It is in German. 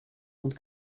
und